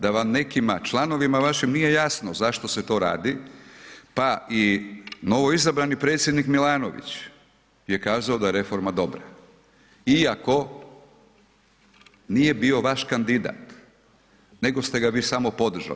Da vam nekima članovima vašim nije jasno zašto se to radi, pa i novoizabrani predsjednik Milanović je kazao da je reforma dobra iako nije bio vaš kandidat, nego ste ga vi samo podržali.